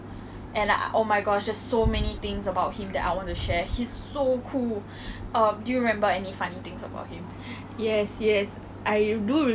然后他他做了一件 err 可忘的事情 lah eh you know he likes to shout a lot